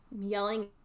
yelling